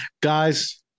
guys